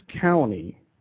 county